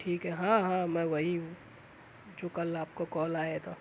ٹھیک ہے ہاں ہاں میں وہی ہوں جو کل آپ کو کال آیا تھا